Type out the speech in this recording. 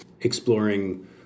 exploring